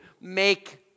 make